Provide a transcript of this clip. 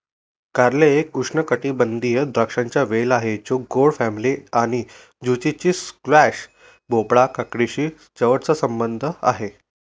कारले एक उष्णकटिबंधीय द्राक्षांचा वेल आहे जो गोड फॅमिली आणि झुचिनी, स्क्वॅश, भोपळा, काकडीशी जवळचा संबंध आहे